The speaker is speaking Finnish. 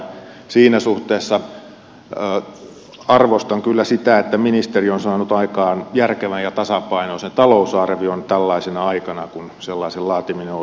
siinä suhteessa arvostan kyllä sitä että ministeri on saanut aikaan järkevän ja tasapainoisen talousarvion tällaisena aikana kun sellaisen laatiminen on erityisen vaikeaa